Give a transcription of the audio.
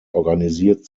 organisiert